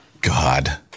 god